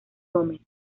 gomez